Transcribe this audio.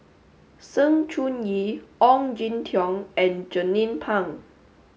Sng Choon Yee Ong Jin Teong and Jernnine Pang